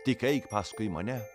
tik eik paskui mane